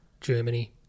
Germany